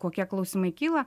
kokie klausimai kyla